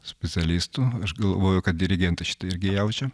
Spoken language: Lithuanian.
specialistų aš galvoju kad dirigentai šitą irgi jaučia